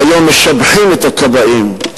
היום משבחים את הכבאים.